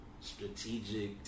strategic